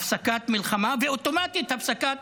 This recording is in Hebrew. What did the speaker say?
להפסקת מלחמה ואוטומטית להפסקת